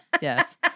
Yes